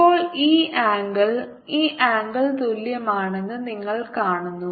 ഇപ്പോൾ ഈ ആംഗിൾ ഈ ആംഗിൾ തുല്യമാണെന്ന് നിങ്ങൾ കാണുന്നു